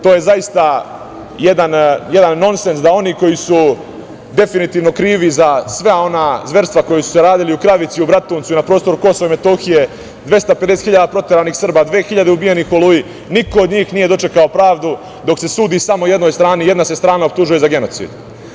To je zaista jedan nonsens, da oni koji su definitivno krivi za sva ona zverstva koja su se radila u Kravici, u Bratuncu i na prostoru Kosova i Metohije, 250.000 proteranih Srba, 2.000 ubijenih u „Oluji“, niko od njih nije dočekao pravdu, dok se sudi samo jednoj strani, jedna se strana optužuje za genocid.